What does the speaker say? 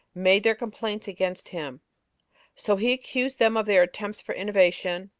made their complaints against him so he accused them of their attempts for innovation,